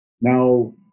Now